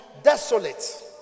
Desolate